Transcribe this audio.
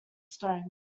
stone